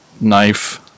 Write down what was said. knife